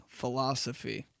philosophy